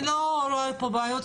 אני לא רואה פה בעיות,